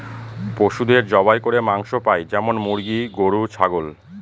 পশুদের জবাই করে মাংস পাই যেমন মুরগি, গরু, ছাগল